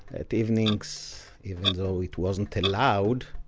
at evenings, even though it wasn't allowed,